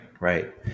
Right